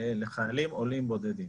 לחיילים עולים בודדים.